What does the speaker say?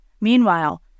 Meanwhile